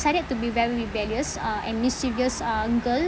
decided to be very rebellious uh and mischievous uh girl